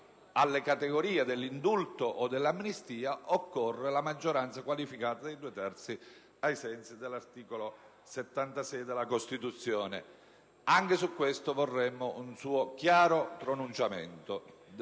alle categorie dell'indulto o dell'amnistia, riteniamo che sia necessaria una maggioranza qualificata dei due terzi, ai sensi dell'articolo 79 della Costituzione. Anche su questo punto vorremmo un suo chiaro pronunciamento.